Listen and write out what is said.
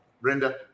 Brenda